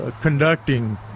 conducting